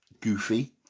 Goofy